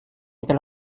kita